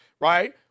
right